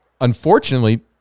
Unfortunately